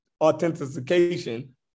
authentication